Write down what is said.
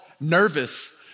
nervous